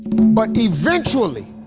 but eventually,